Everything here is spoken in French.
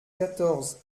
quatorze